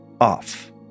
Off